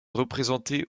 représentée